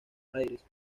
aires